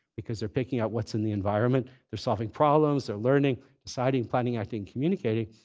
because they're picking out what's in the environment. they're solving problems, they're learning, deciding planning out, and communicating.